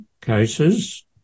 cases